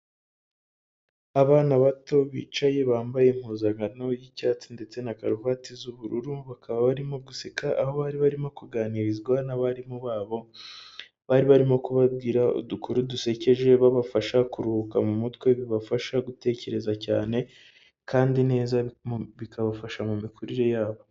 Abana bato bicaye bambaye impuzankano y'icyatsi ndetse na karuvati z'ubururu bakaba barimo guseka aho bari barimo kuganirizwa n'abarimu babo bari barimo kubabwira udukuru dusekeje babafasha kuruhuka mu mutwe bibafasha gutekereza cyane kandi neza bikabafasha mu mikurire yabo.